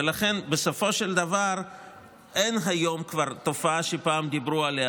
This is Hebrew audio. ולכן בסופו של דבר היום אין כבר תופעה שפעם דיברו עליה,